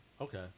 Okay